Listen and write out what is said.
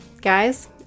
guys